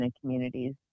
communities